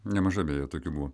nemažai beje tokių buvo